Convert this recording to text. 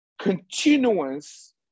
continuance